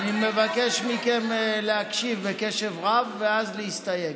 אני מבקש מכם להקשיב בקשב רב ואז להסתייג.